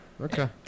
Okay